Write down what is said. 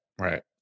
right